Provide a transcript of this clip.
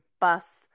bus